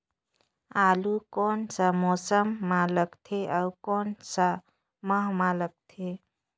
आलू कोन सा मौसम मां लगथे अउ कोन सा माह मां लगथे?